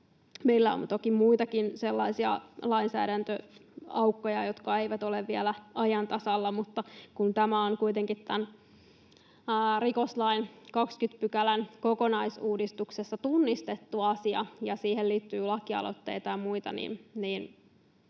Meillä on toki muitakin sellaisia lainsäädäntöaukkoja, jotka eivät ole vielä ajan tasalla, mutta kun tämä on kuitenkin tämän rikoslain 20 luvun kokonaisuudistuksessa tunnistettu asia ja siihen liittyy lakialoitteita ja muita, niin